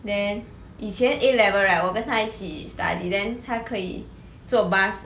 then 以前 A level right 我跟她一起 study then 他可以坐 bus